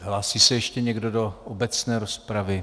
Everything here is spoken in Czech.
Hlásí se ještě někdo do obecné rozpravy?